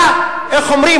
אתה, איך אומרים?